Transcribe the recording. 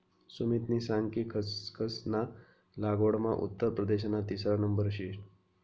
सुमितनी सांग कि खसखस ना लागवडमा उत्तर प्रदेशना तिसरा नंबर शे